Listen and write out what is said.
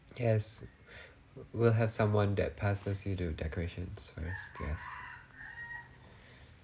yes w~ we'll have someone that passes you the decorations for us yes